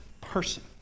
person